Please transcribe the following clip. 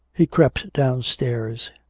he crept downstairs.